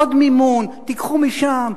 עוד מימון: תיקחו משם,